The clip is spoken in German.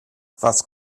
was